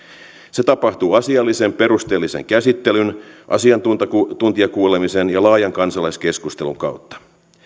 se tapahtuu asiallisen perusteellisen käsittelyn asiantuntijakuulemisen ja laajan kansalaiskeskustelun kautta